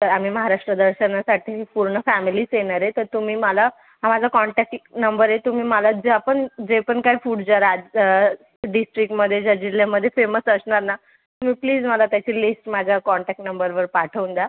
तर आम्ही महाराष्ट्र दर्शनासाठी पूर्ण फॅमिलीच येणार आहे तर तुम्ही मला हा माझा कॉन्टॅक्ट नंबर आहे तुम्ही मला ज्यापण जे पण काही फूड जरा डिस्ट्रिक्टमध्ये ज्या जिल्ह्यामध्ये फेमस असणार ना तुम्ही प्लीज मला त्याची लिस्ट माझ्या कॉन्टॅक्ट नंबरवर पाठवून द्या